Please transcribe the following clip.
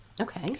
Okay